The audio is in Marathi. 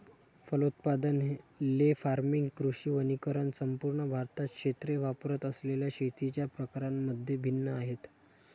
फलोत्पादन, ले फार्मिंग, कृषी वनीकरण संपूर्ण भारतात क्षेत्रे वापरत असलेल्या शेतीच्या प्रकारांमध्ये भिन्न आहेत